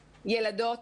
ילדות,